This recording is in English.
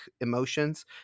emotions